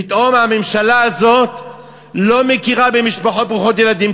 פתאום הממשלה הזאת לא מכירה במשפחות ברוכות ילדים.